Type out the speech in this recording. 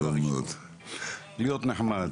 להיות נחמד.